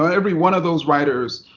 um every one of those writers,